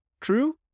true